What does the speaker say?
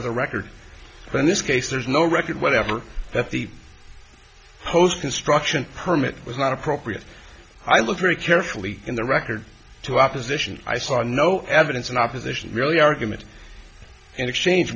there's a record in this case there's no record whatever that the post construction permit was not appropriate i look very carefully in the record to opposition i saw no evidence in opposition really argument in exchange